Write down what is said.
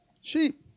sheep